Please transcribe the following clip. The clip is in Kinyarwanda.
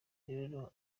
rero